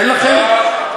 אין לכם?